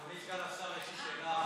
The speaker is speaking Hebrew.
אדוני סגן השר, יש לי שאלה אחת: